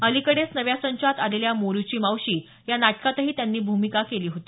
अलिकडेच नव्या संचात आलेल्या मोरुची मावशी या नाटकातही त्यांनी भूमिका केली होती